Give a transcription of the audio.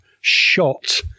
shot